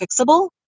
fixable